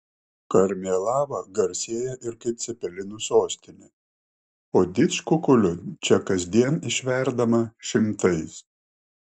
karmėlava garsėja ir kaip cepelinų sostinė o didžkukulių čia kasdien išverdama šimtais